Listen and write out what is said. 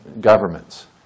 governments